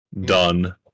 done